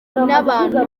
n’abana